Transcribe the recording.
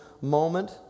moment